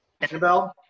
Annabelle